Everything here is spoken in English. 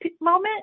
moment